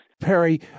Perry